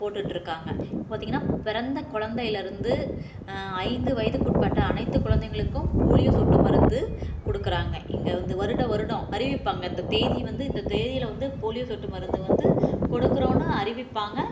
போட்டுட்டு இருக்காங்கள் இப்போ பார்த்தீங்கனா பிறந்த குழந்தையில இருந்து ஐந்து வயதிற்க் உட்பட்ட அனைத்து குழந்தைகளுக்கும் போலியோ சொட்டு மருந்து கொடுக்குறாங்க இங்கே வந்து வருடம் வருடம் அறிவிப்பாங்கள் இந்த தேதி வந்து இந்த தேதியில் வந்து போலியோ சொட்டு மருந்து வந்து கொடுக்குறோம்னு அறிவிப்பாங்கள்